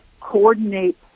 coordinate